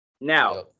Now